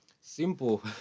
Simple